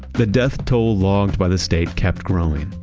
the death toll logged by the state kept growing.